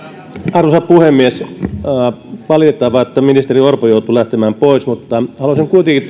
arvoisa puhemies on valitettavaa että ministeri orpo joutui lähtemään pois mutta haluaisin kuitenkin